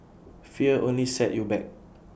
fear only set you back